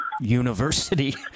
university